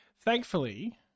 Thankfully